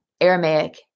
Aramaic